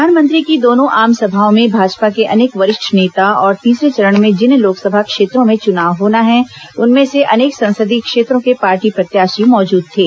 प्रधानमंत्री की दोनों आमसभाओं में भाजपा के अनेक वरिष्ठ नेता और तीसरे चरण में जिन लोकसभा क्षेत्रों में चुनाव होना है उनमें से अनेक संसदीय क्षेत्रों के पार्टी प्रत्याशी मौजूद थे